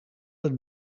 het